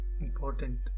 important